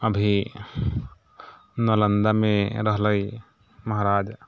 अभी नालन्दामे रहलै महाराज